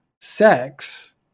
sex